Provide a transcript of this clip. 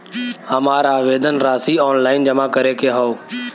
हमार आवेदन राशि ऑनलाइन जमा करे के हौ?